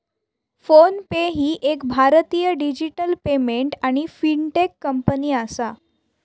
phone पे ही एक भारतीय डिजिटल पेमेंट आणि फिनटेक कंपनी आसा